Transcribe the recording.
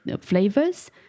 flavors